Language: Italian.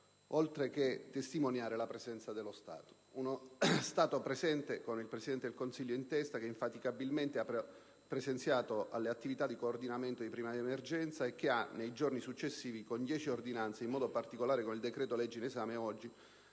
oltre che testimoniare la presenza dello Stato con, in testa, il Presidente del Consiglio, che infaticabilmente ha presenziato alle attività di coordinamento e di prima emergenza e che ha, nei giorni successivi, con dieci ordinanze e, in modo particolare, con il decreto‑legge oggi